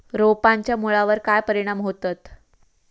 रोपांच्या मुळावर काय परिणाम होतत?